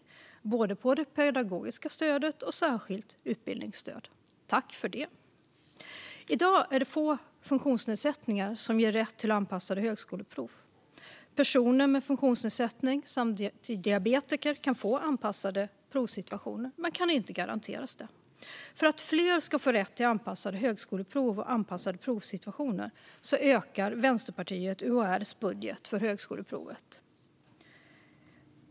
Det gäller både det pedagogiska stödet och särskilt utbildningsstöd. Tack för det! I dag är det få funktionsnedsättningar som ger rätt till anpassade högskoleprov. Personer med funktionsnedsättning samt diabetiker kan få anpassade provsituationer men kan inte garanteras det. För att fler ska få rätt till anpassade högskoleprov och anpassade provsituationer ökar Vänsterpartiet UHR:s budget för högskoleprovet.